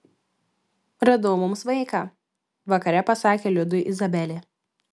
radau mums vaiką vakare pasakė liudui izabelė